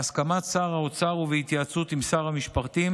בהסכמת שר האוצר ובהתייעצות עם שר המשפטים,